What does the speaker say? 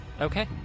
Okay